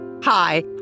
Hi